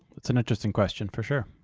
that's an interesting question, for sure.